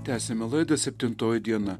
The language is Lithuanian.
tęsiame laidą septintoji diena